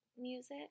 music